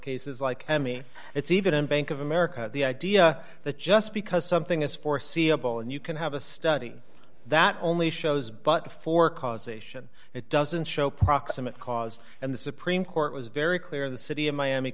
cases like me it's even in bank of america the idea that just because something is foreseeable and you can have a study that only shows but for causation it doesn't show proximate cause and the supreme court was very clear in the city of miami